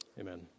Amen